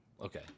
okay